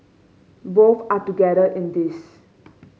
both are together in this